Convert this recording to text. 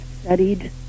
studied